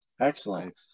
Excellent